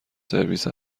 سرویس